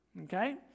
Okay